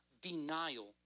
denial